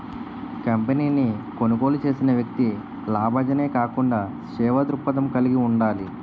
కంపెనీని కొనుగోలు చేసిన వ్యక్తి లాభాజనే కాకుండా సేవా దృక్పథం కలిగి ఉండాలి